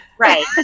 Right